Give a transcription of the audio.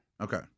Okay